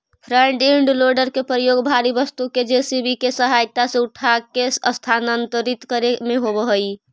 front end loader के प्रयोग भारी वस्तु के जे.सी.बी के सहायता से उठाके स्थानांतरित करे में होवऽ हई